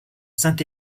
saint